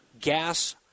gas